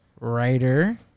writer